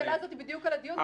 השאלה הזאת היא בדיוק על הדיון,